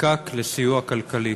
נזקק לסיוע כלכלי.